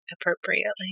appropriately